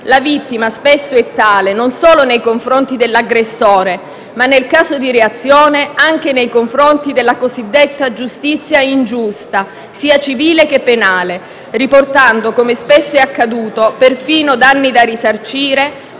è stata spesso tale nei confronti non solo dell'aggressore, ma, nel caso di reazione, anche della cosiddetta giustizia ingiusta, sia civile che penale, riportando, come spesso è accaduto, persino danni da risarcire,